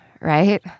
right